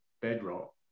bedrock